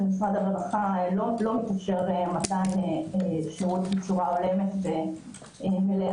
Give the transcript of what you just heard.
משרד הרווחה לא מתאפשר מתן שירות בצורה הולמת ומלאה.